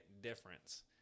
difference